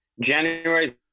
january